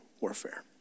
warfare